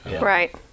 Right